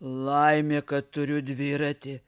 laimė kad turiu dviratį